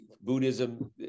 Buddhism